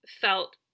felt